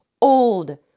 old